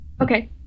Okay